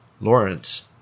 Lawrence